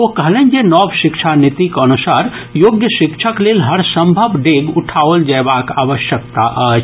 ओ कहलनि जे नव शिक्षा नीतिक अनुसार योग्य शिक्षक लेल हरसंभव डेग उठाओल जयबाक आवश्यकता अछि